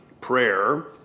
prayer